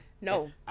No